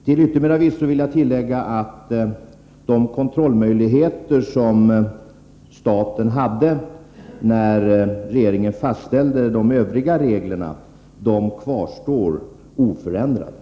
Till yttermera visso vill jag tillägga att de kontrollmöjligheter som staten hade när regeringen fastställde de övriga reglerna kvarstår oförändrade.